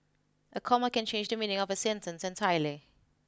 a comma can change the meaning of a sentence entirely